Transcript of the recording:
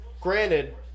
granted